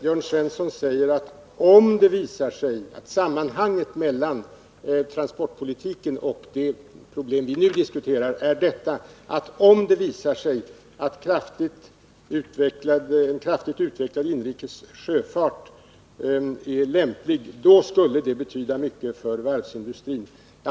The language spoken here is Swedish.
Jörn Svensson säger att sammanhanget mellan transportpolitiken och de problem vi nu diskuterar är detta, att om det visar sig att en kraftigt utvecklad inrikes sjöfart är lämplig, så skulle det betyda mycket för varvsindustrin.